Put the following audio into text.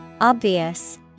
Obvious